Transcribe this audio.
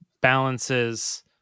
balances